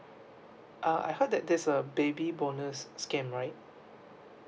uh I heard that there's a baby bonus scam right